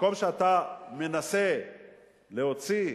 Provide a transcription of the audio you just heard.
במקום שאתה מנסה להוציא,